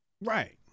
right